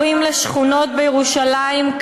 קוראים לשכונות בירושלים,